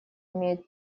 имеет